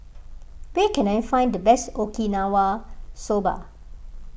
where can I find the best Okinawa Soba